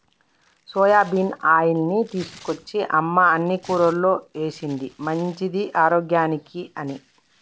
soybean ఆయిల్ని తీసుకొచ్చి అమ్మ అన్ని కూరల్లో వేశింది మంచిది ఆరోగ్యానికి అని